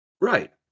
Right